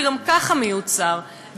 שגם ככה מיוצרים,